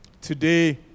Today